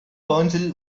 counsel